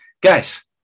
guys